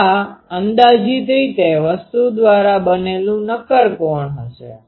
આ અંદાજીત રીતે વસ્તુ દ્વારા બનેલું નક્કર કોણ હશે